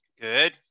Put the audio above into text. Good